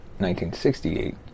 1968